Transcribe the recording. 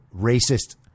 racist